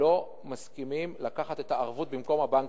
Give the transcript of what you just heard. לא מסכימים לקחת את הערבות במקום הבנקים.